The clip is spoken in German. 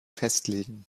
festlegen